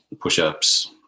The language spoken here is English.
push-ups